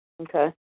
Okay